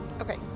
Okay